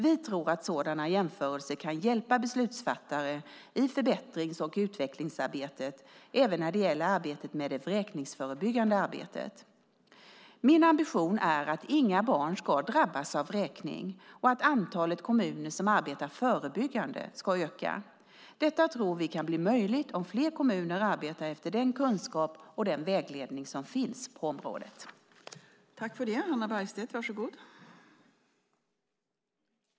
Vi tror att sådana jämförelser kan hjälpa beslutsfattare i förbättrings och utvecklingsarbetet och även med det vräkningsförebyggande arbetet. Min ambition är att inga barn ska drabbas av vräkning och att antalet kommuner som arbetar förebyggande ska öka. Detta tror vi kan bli möjligt om fler kommuner arbetar efter den kunskap och vägledning som finns på området.